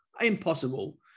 Impossible